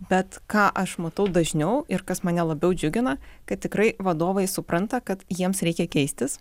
bet ką aš matau dažniau ir kas mane labiau džiugina kad tikrai vadovai supranta kad jiems reikia keistis